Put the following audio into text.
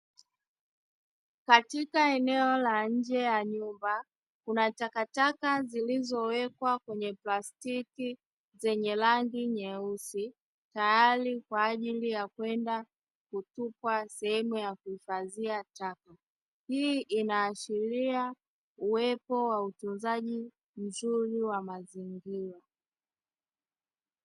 Katika eneo la nnje ya nyumba, kuna takataka zilizo wekwa kwenye plastiki. Zenye rangi nyeusi tayari kwa ajili ya kwenda kutupwa sehemuyakuhifadhia taka. Hii inaashiria upepo wa utunzaji mzuri wa mazingira.